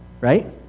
right